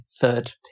third